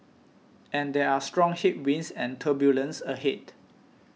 and there are strong headwinds and turbulence ahead